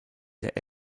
der